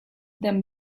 them